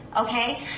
Okay